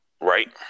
right